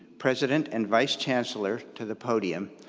president and vice-chancellor, to the podium,